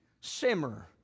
simmer